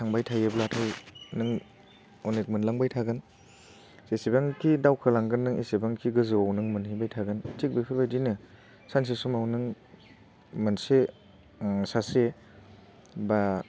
थांबाय थायोब्लाथाय नों अनेक मोनलांबाय थागोन बेसेबांखि दावखोलांगोन नों एसेबांखि गोजौआव नों मोनहैबाय थागोन थिक बेफोरबायदिनो सानसे समाव नों मोनसे सासे बा